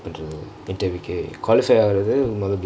அப்பரம்:approm interview ஆவது:aavathu